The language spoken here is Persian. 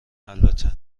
البته